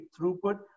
throughput